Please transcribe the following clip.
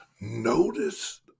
notice